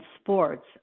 sports